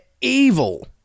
evil